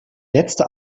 letzte